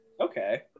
Okay